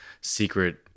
secret